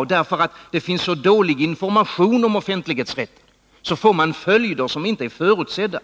Och därför att det finns dålig information om offentlighetsrätt får man följder som inte är Nr 49 förutsedda